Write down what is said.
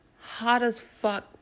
hot-as-fuck